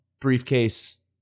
briefcase